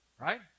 Right